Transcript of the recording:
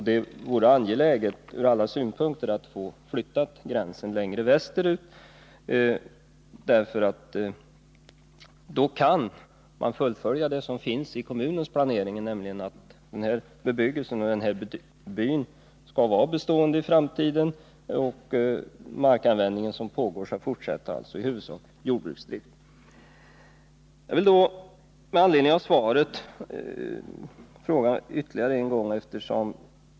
Det vore ur alla synpunkter angeläget att få gränsen flyttad längre västerut, för då kan man fullfölja kommunens planering att denna bebyggelse och by skall vara bestående i framtiden och att den nuvarande markanvändningen, dvs. i huvudsak jordbruksdrift, skall fortsätta. Jag vill med anledning av svaret ställa ytterligare en fråga.